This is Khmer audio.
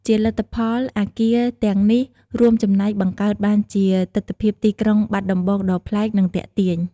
ជាលទ្ធផល អគារទាំងនេះរួមចំណែកបង្កើតបានជាទិដ្ឋភាពទីក្រុងបាត់ដំបងដ៏ប្លែក និងទាក់ទាញ។